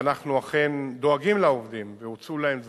ואנחנו אכן דואגים לעובדים, והוצעו להם דברים,